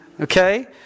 okay